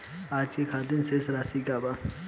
आज के खातिर शेष राशि का बा?